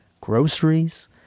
groceries